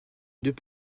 deux